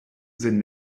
sind